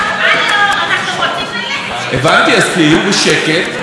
הבנתי, אז תהיו בשקט ותנו לי להשלים את דבריי.